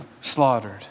slaughtered